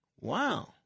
Wow